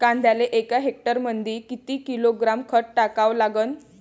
कांद्याले एका हेक्टरमंदी किती किलोग्रॅम खत टाकावं लागन?